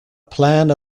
plan